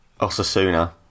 Osasuna